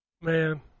man